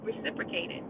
reciprocated